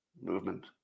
movement